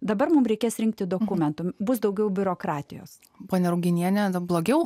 dabar mums reikės rinkti dokumentus bus daugiau biurokratijos ponia ruginiene dar blogiau